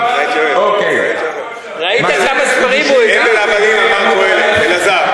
אוקיי, אלעזר, הבל הבלים אמר קהלת.